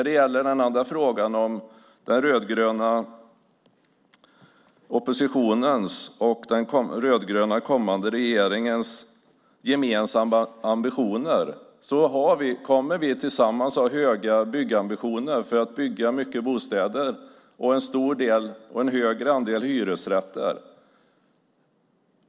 Den andra frågan handlade om den rödgröna oppositionen och den kommande rödgröna regeringens gemensamma ambitioner. Vi kommer tillsammans att ha höga byggambitioner för att bygga många bostäder och en högre andel hyresrätter.